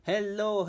Hello